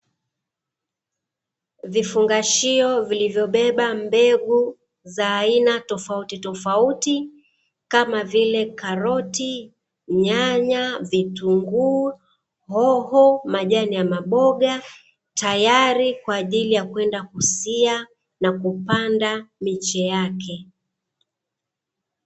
Vifungashio vilivyobeba mbegu za aina tofauti tofauti kama vile; karoti, nyanya, vitunguu, hoho, majani ya maboga tayari kwa ajili ya kwenda kusia na kupanda miche yake.